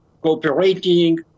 cooperating